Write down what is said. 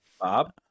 bob